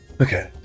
Okay